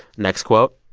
next quote.